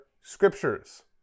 scriptures